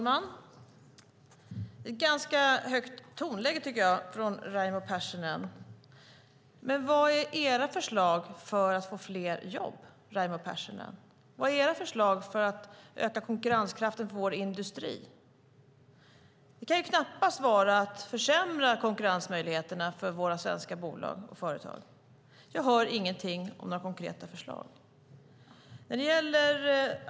Fru talman! Det är ett högt tonläge från Raimo Pärssinen. Vilka är era förslag för att få fram fler jobb? Vilka är era förslag för att öka konkurrenskraften i vår industri? Det kan knappast vara att försämra konkurrensmöjligheterna för våra svenska bolag och företag. Jag hör inga konkreta förslag.